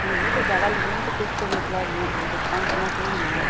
नहीं तो ज़्यादा ले लेंगे तो कुछ तो मतलब वो डिस्काउंट होना चहिए न